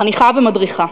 חניכה ומדריכה,